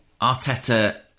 Arteta